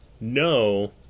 no